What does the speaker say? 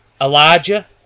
Elijah